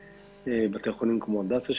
לבתי חולים כמו הדסה,